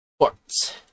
Sports